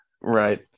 Right